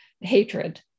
hatred